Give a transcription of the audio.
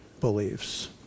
beliefs